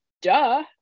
duh